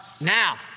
Now